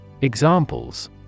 Examples